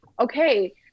Okay